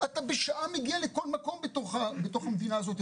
אתה בשעה מגיע לכל מקום בתוך המדינה הזאת.